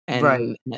Right